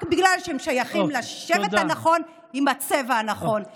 רק בגלל שהם שייכים לשבט הנכון עם הצבע הנכון.